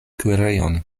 kuirejon